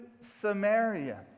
Samaria